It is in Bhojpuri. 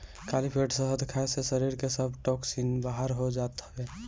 खाली पेट शहद खाए से शरीर के सब टोक्सिन बाहर हो जात हवे